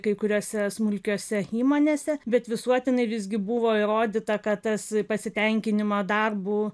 kai kuriose smulkiose įmonėse bet visuotinai visgi buvo įrodyta kad tas pasitenkinimą darbu